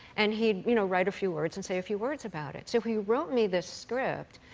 and he'd you know write a few words and say a few words about it. so he wrote me this script.